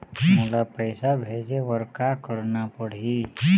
मोला पैसा भेजे बर का करना पड़ही?